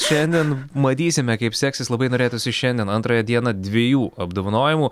šiandien matysime kaip seksis labai norėtųsi šiandien antrąją dieną dviejų apdovanojimų